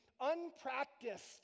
unpracticed